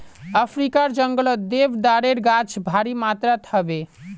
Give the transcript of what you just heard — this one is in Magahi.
अफ्रीकार जंगलत देवदारेर गाछ भारी मात्रात ह बे